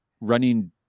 running